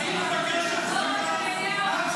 נעבור להצבעה?